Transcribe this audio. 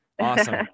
Awesome